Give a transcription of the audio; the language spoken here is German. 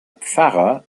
pfarrer